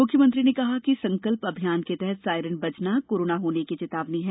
मुख्यमंत्री ने कहा कि संकल्प अभियान के तहत सायरन बजना कोरोना होने की चेतावनी है